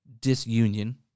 disunion